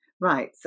right